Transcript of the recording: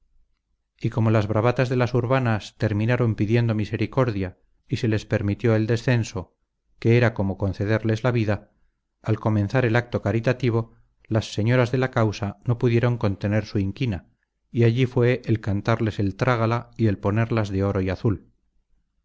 y como las bravatas de las urbanas terminaron pidiendo misericordia y se les permitió el descenso que era como concederles la vida al comenzar el acto caritativo las señoras de la causa no pudieron contener su inquina y allí fue el cantarles el trágala y el ponerlas de oro y azul